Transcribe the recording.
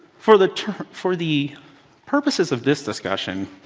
for the for the purposes of this discussion,